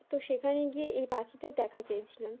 তো সেখানে গিয়ে এই পাখিটার দেখা পেয়েছিলাম